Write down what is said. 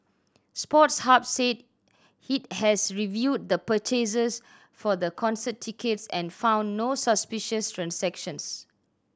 Sports Hub said it has reviewed the purchases for the concert tickets and found no suspicious transactions